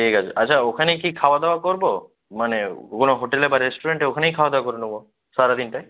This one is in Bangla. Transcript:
ঠিক আছে আচ্ছা ওখানেই কী খাওয়াদাওয়া করবো মানে কোনও হোটেলে বা রেস্টুরেন্টে ওখানেই খাওয়াদাওয়া করে নেব সারা দিনটায়